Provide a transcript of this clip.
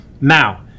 now